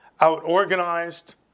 out-organized